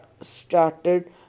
started